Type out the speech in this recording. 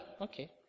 okay